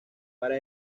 para